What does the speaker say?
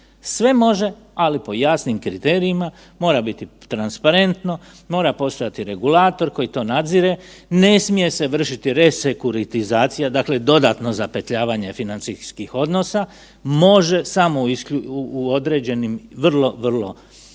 sve može, ali po jasnim kriterijima, mora biti transparentno, mora postojati regulator koji to nadzire, ne smije se vršiti resekuritizacija, dakle dodatno zapetljavanje financijskih odnosa. Može, samo u određenim vrlo, vrlo